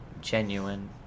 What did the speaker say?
genuine